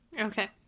Okay